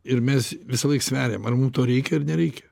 ir mes visąlaik sveriam ar mum to reikia ar nereikia